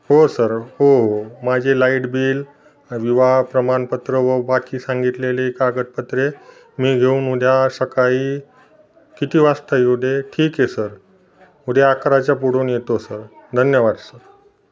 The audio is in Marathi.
हो सर हो हो माझी लाईट बिल विवाह प्रमाणपत्र व बाकी सांगितलेले कागदपत्रे मी घेऊन उद्या सकाळी किती वाजता येऊ दे ठीक आहे सर उद्या अकराच्या पुढून येतो सर धन्यवाद सर